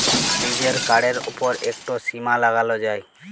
লিজের কাড়ের উপর ইকট সীমা লাগালো যায়